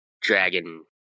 dragon